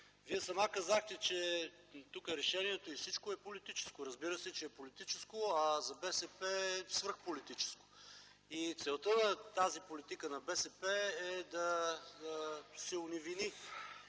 Вие сама казахте, че тук решението е политическо. Разбира се, че е политическо. А за БСП е свръхполитическо. И целта на тази политика на БСП е да се оневини,